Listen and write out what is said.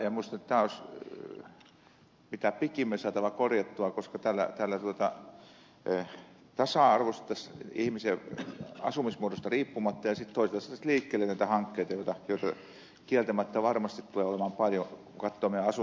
minusta tämä olisi mitä pikimmin saatava korjatuksi koska tällä tasa arvoistettaisiin ihmisiä asumismuodosta riippumatta ja sitten toisaalta saataisiin liikkeelle näitä hankkeita joita kieltämättä varmasti tulee olemaan paljon kotona asuu